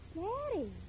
Daddy